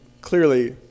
clearly